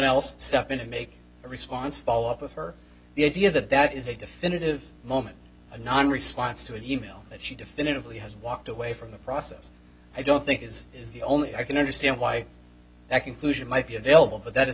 else step in to make a response follow up with her the idea that that is a definitive moment a non response to e mail that she definitively has walked away from the process i don't think is is the only i can understand why that conclusion might be available but that is